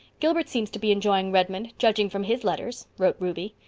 gilbert seems to be enjoying redmond, judging from his letters, wrote ruby.